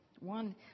One